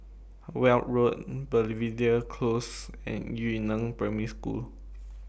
Weld Road Belvedere Close and Yu Neng Primary School